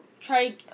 try